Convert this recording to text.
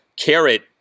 carrot